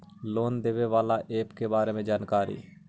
Loan देने बाला app के बारे मे जानकारी?